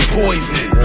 poison